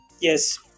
Yes